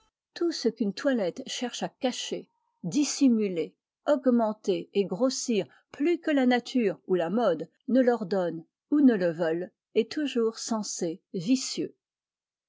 tout ce qu'une toilette cherche à cacher dissimuler augmenter et grossir plus que la nature ou la mode ne l'ordonnent ou ne le veulent est toujours censé vicieux